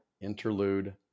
interlude